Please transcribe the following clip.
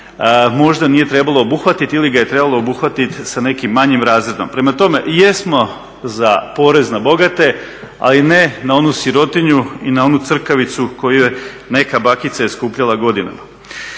Možda nije trebalo obuhvatiti ili ga je trebalo obuhvatiti sa nekim manjim razredom. Prema tome, jesmo za porez na bogate, ali ne na onu sirotinju i onu crkavicu koju je neka bakica skupljala godinama.